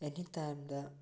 ꯑꯦꯅꯤ ꯇꯥꯏꯝꯗ